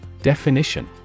Definition